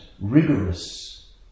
rigorous